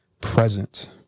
present